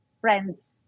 friends